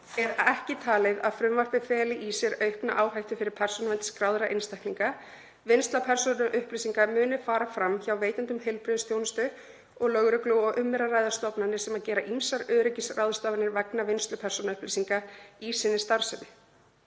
er ekki talið að frumvarpið feli í sér aukna áhættu fyrir persónuvernd skráðra einstaklinga, vinnsla persónuupplýsinga muni fara fram hjá veitendum heilbrigðisþjónustu og lögreglu og um er að ræða stofnanir sem gera ýmsar öryggisráðstafanir vegna vinnslu persónuupplýsinga í sinni starfsemi.